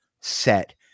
set